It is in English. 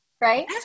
right